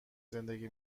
زندگی